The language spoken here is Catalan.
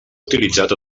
utilitzat